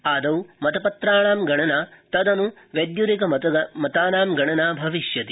आ ौ मतपात्राणां गणना त न् वैद्य्पिक मतानां गणना भविष्यति